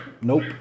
nope